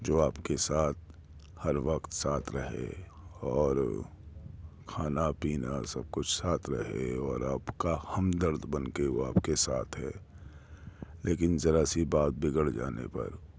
جو آپ کے ساتھ ہر وقت ساتھ رہے اور کھانا پینا سب کچھ ساتھ رہے اور آپ کا ہمدرد بن کے وہ آپ کے ساتھ ہے لیکن ذرا سی بات بگڑ جانے پر